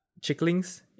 Chicklings